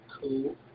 cool